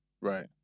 Right